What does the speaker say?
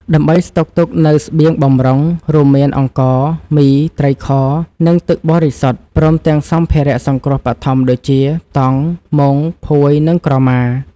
ដើម្បីស្តុកទុកនូវស្បៀងបម្រុង រួមមានអង្ករ មី ត្រីខ និងទឹកបរិសុទ្ធ ព្រមទាំងសម្ភារៈសង្គ្រោះបឋមដូចជា តង់ មុង ភួយ និងក្រមា។